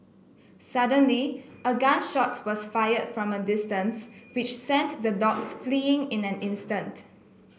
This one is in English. suddenly a gun shot was fired from a distance which sent the dogs fleeing in an instant